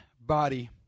body